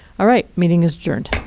all right, meeting is adjourned.